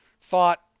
thought